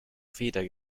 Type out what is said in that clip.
feder